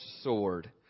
sword